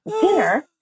dinner